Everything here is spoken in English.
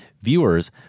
viewers